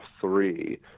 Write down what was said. three